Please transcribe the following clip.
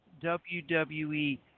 WWE